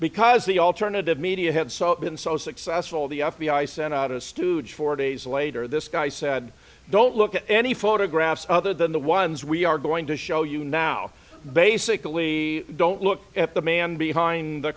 because the alternative media had so been so successful the f b i sent out a stooge four days later this guy said don't look at any photographs other than the ones we are going to show you now basically don't look at the man behind the